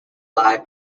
live